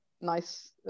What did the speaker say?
nice